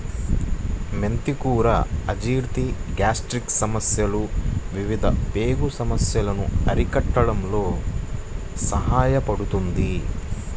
మెంతి కూర అజీర్తి, గ్యాస్ట్రిక్ సమస్యలు, వివిధ పేగు సమస్యలను అరికట్టడంలో సహాయపడుతుంది